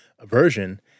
aversion